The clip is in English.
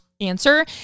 answer